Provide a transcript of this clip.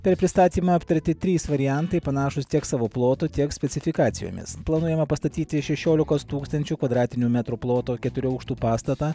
per pristatymą aptarti trys variantai panašūs tiek savo plotu tiek specifikacijomis planuojama pastatyti šešiolikos tūkstančių kvadratinių metrų ploto keturių aukštų pastatą